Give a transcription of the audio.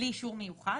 בלי אישור מיוחד,